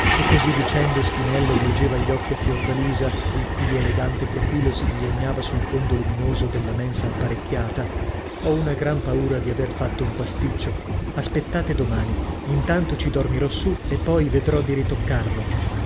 e così dicendo spinello volgeva gli occhi a fiordalisa il cui elegante profilo si disegnava sul fondo luminoso della mensa apparecchiata ho una gran paura di aver fatto un pasticcio aspettate domani intanto ci dormirò su e poi vedrò di ritoccarlo